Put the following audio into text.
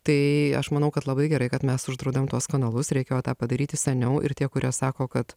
tai aš manau kad labai gerai kad mes uždraudėm tuos kanalus reikėjo tą padaryti seniau ir tie kurie sako kad